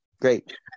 Great